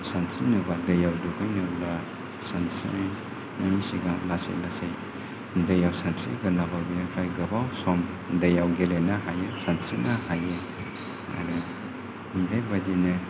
सानस्रिनोबा दैयाव दुगैनोब्ला सानस्रिनायनि सिगां लासै लासै दैयाव सानस्रिगोरनांगौ बिनिफ्राय गोबाव सम दैयाव गेलेनो हायो सानस्रिनो हायो आरो बेबायदिनो